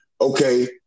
okay